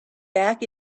back